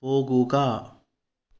പോകുക